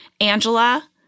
Angela